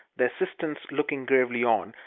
the assistants looking gravely on,